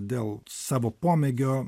dėl savo pomėgio